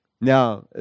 now